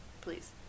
Please